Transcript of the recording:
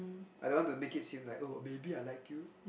I don't want to make it seem like oh maybe I like you